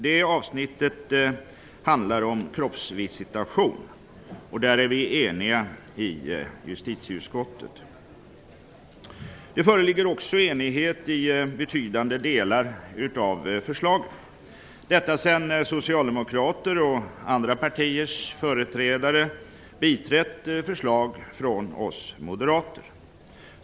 Det avsnittet handlar om kroppsvisitation, och där är vi i justitieutskottet eniga. Det föreligger också enighet om betydande delar av förslaget. Detta sedan socialdemokrater och andra partiers företrädare biträtt förslag från oss moderater.